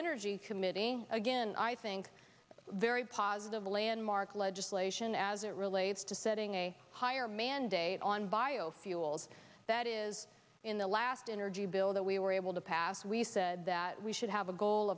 energy committee again i think very positive landmark legislation as it relates to setting a higher mandate on biofuels that is in the last energy bill that we were able to pass we said that we should have a goal